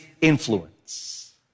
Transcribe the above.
influence